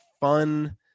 fun